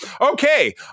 Okay